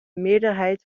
meerderheid